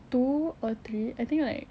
two or three I think like